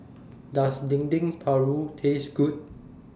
Does Dendeng Paru Taste Good